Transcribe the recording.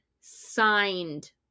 signed